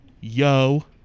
Yo